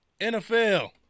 NFL